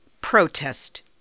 protest